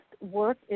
work